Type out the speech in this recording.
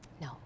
No